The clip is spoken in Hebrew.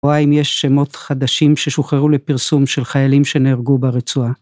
או האם יש שמות חדשים ששוחררו לפרסום של חיילים שנהרגו ברצועה.